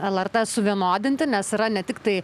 lrt suvienodinti nes yra ne tiktai